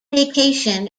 vacation